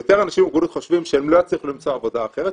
יותר אנשים עם מוגבלות חושבים שהם לא יצליחו למצוא עבודה אחרת,